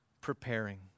preparing